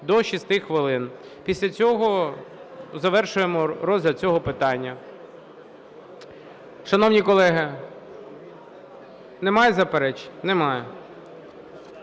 до 6 хвилин. Після цього завершуємо розгляд цього питання. Шановні колеги, немає заперечень? Немає.